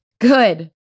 Good